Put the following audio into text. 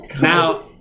Now